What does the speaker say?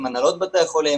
עם הנהלות בתי החולים,